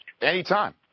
Anytime